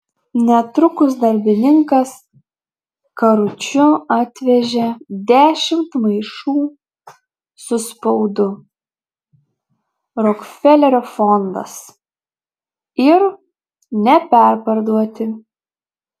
netrukus darbininkas karučiu atvežė dešimt maišų su spaudu rokfelerio fondas ir neperparduoti